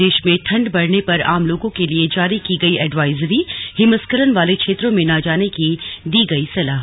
प्रदेश में ठंड में बढ़ने पर आम लोगों के लिए जारी की गई एडवाइजरीहिमस्खलन वाले क्षेत्रों में न जाने की दी गई सलाह